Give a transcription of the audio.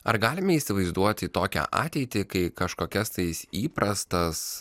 ar galime įsivaizduoti tokią ateitį kai kažkokias tai įprastas